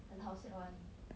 很好笑 ah 你